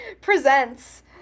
Presents